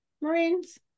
Marines